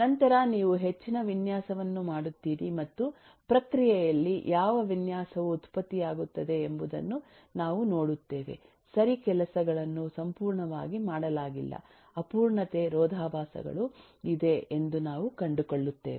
ನಂತರ ನೀವು ಹೆಚ್ಚಿನ ವಿನ್ಯಾಸವನ್ನು ಮಾಡುತ್ತೀರಿ ಮತ್ತು ಪ್ರಕ್ರಿಯೆಯಲ್ಲಿ ಯಾವ ವಿನ್ಯಾಸವು ಉತ್ಪತ್ತಿಯಾಗುತ್ತದೆ ಎಂಬುದನ್ನು ನಾವು ನೋಡುತ್ತೇವೆ ಸರಿ ಕೆಲಸಗಳನ್ನು ಸಂಪೂರ್ಣವಾಗಿ ಮಾಡಲಾಗಿಲ್ಲ ಅಪೂರ್ಣತೆ ರೋಧಾಭಾಸಗಳು ಇದೆ ಎಂದು ನಾವು ಕಂಡುಕೊಳ್ಳುತ್ತೇವೆ